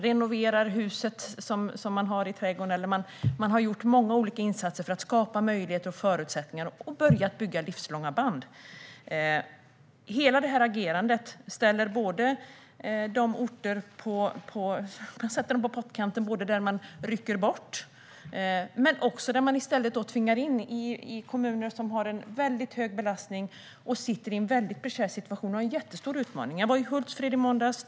Det kan handla om att renovera ett hus eller göra andra insatser för att skapa möjligheter och förutsättningar för att börja skapa livslånga band. Hela detta agerande sätter både de orter där man rycker bort människor och de orter där man tvingar in människor - kommuner som har en mycket stor belastning, har en mycket prekär situation och har en jättestor utmaning - på pottkanten. Jag var i Hultsfred i måndags.